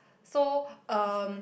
so um